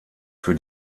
für